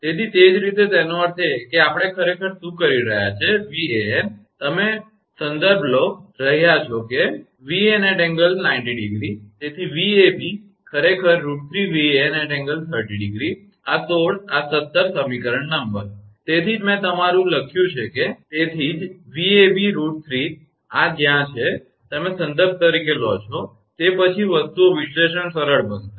તેથી તે જ રીતે તેનો અર્થ એ કે આપણે ખરેખર શું કરી રહ્યા છીએ 𝑉𝑎𝑛 અમે તમને સંદર્ભ તરીકે કહી રહ્યા છીએ કે 𝑉𝑎𝑛∠0° તેથી 𝑉𝑎𝑏 ખરેખર √3𝑉𝑎𝑛∠30° આ 16 આ 17 સમીકરણ નંબર તેથી જ મેં તમારું લખ્યું છે તેથી જ 𝑉𝑎𝑏 √3° આ જ્યાં છે તમે સંદર્ભ તરીકે લો છો તે જ પછી વસ્તુઓ વિશ્લેષણ સરળ બનશે